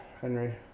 Henry